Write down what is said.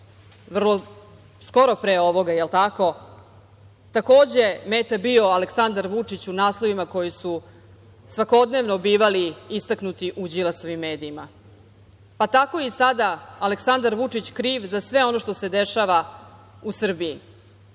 vrlo skoro pre ovoga, takođe je meta bio Aleksandar Vučić u naslovima koji su svakodnevno bivali istaknuti u Đilasovim medijima. Tako je i sada Aleksandar Vučić kriv za sve ono što se dešava u Srbiji. Isto